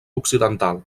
occidental